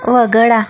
वगळा